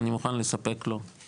אני מוכן לספק לו,